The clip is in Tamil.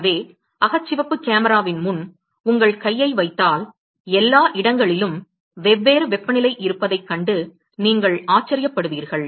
எனவே அகச்சிவப்பு கேமராவின் முன் உங்கள் கையை வைத்தால் எல்லா இடங்களிலும் வெவ்வேறு வெப்பநிலை இருப்பதைக் கண்டு நீங்கள் ஆச்சரியப்படுவீர்கள்